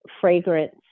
fragrance